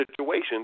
situations